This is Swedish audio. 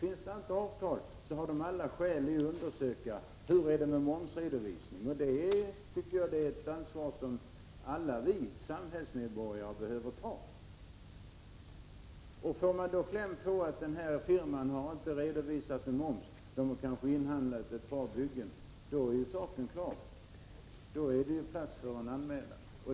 Finns det inte avtal så har de alla skäl att undersöka hur det är med momsredovisningen. Får de då kläm på att firman inte redovisar moms när den har inhandlat för ett par byggen är saken klar: då är det plats för en anmälan.